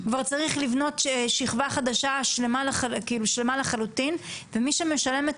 כבר צריך לבנות שכבה חדשה ושלמה לחלוטין ומי שמשלם את